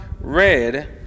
red